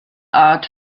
art